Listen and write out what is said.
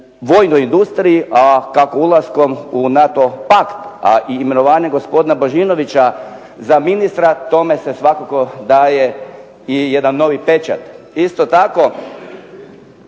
vojnoj industriji, a kako ulaskom u NATO pakt, a imenovanje gospodina Božinovića za ministra tome se svakako daje i jedan novi pečat. Isto tako,